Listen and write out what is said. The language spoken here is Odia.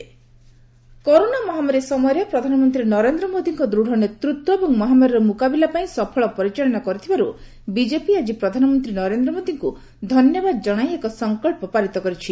ବିଜେପି ରିଜୋଲ୍ୟସନ୍ କରୋନା ମହାମାରୀ ସମୟରେ ପ୍ରଧାନମନ୍ତ୍ରୀ ନରେନ୍ଦ୍ର ମୋଦିଙ୍କ ଦୂତ୍ ନେତୃତ୍ୱ ଏବଂ ମହାମାରୀର ମୁକାବିଲା ପାଇଁ ସଫଳ ପରିଚାଳନା କରିଥିବାର ବିଜେପି ଆଜି ପ୍ରଧାନମନ୍ତ୍ରୀ ନରେନ୍ଦ୍ର ମୋଦିଙ୍କୁ ଧନ୍ୟବାଦ ଜଣାଇ ଏକ ସଙ୍କଚ୍ଚ ପାରିତ କରିଛି